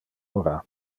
ora